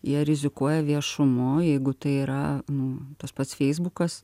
jie rizikuoja viešumu jeigu tai yra nu tas pats feisbukas